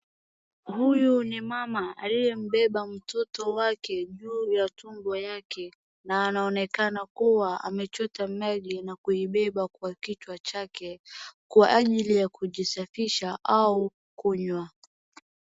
Huyu ni mama aliyembeba mtoto wake juu ya tumbo yake, na anaonekana kuwa amechota maji na kuibeba kwa kichwa chake kwa ajili ya kujisafisha au kunywa.